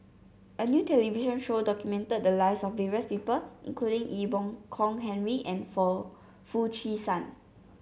a new television show documented the lives of various people including Ee Boon Kong Henry and Foo Chee San